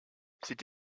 cette